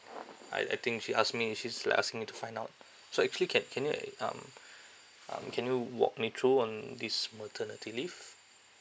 I I think she ask me she's like asking me to find out so actually can can you uh um um can you walk me through on this maternity leave